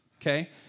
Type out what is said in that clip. okay